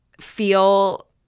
feel